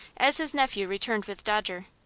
as his nephew returned with dodger.